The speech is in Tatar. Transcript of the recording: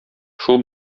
шул